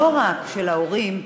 לא רק של ההורים.